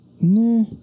Nah